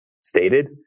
stated